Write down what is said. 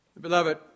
Beloved